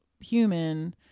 human